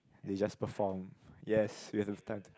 they just perform yes you have to time